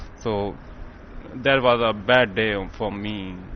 so that was a bad day um for me.